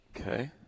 Okay